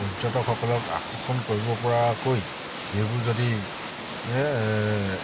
পৰ্যটকসকলক আকৰ্ষণ কৰিব পৰাকৈ সেইবোৰ যদি